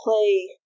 play